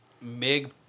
MIG